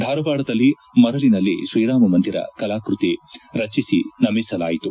ಧಾರವಾಡದಲ್ಲಿ ಮರಳಿನಲ್ಲಿ ಶ್ರೀರಾಮ ಮಂದಿರ ಕಲಾಕೃತಿ ರಚಿಸಿ ನಮಿಸಲಾಯಿತು